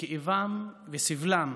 לכאבם וסבלם